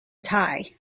thai